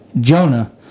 Jonah